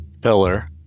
pillar